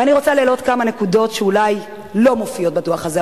ואני רוצה להעלות כמה נקודות שאולי לא מופיעות בדוח הזה,